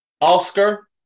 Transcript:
Oscar